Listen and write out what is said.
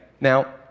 Now